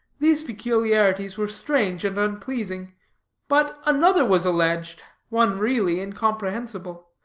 these peculiarities were strange and unpleasing but another was alleged, one really incomprehensible.